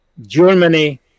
Germany